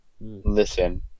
Listen